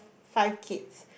five kids